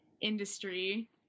industry